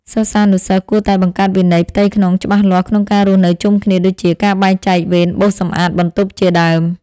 សិស្សានុសិស្សគួរតែបង្កើតវិន័យផ្ទៃក្នុងច្បាស់លាស់ក្នុងការរស់នៅជុំគ្នាដូចជា ការបែងចែកវេនបោសសម្អាតបន្ទប់ជាដើម។